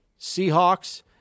Seahawks